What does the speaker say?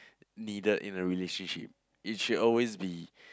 needed in a relationship if she always be